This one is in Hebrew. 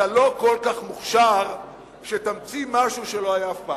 אתה לא כל כך מוכשר שתמציא משהו שלא היה אף פעם.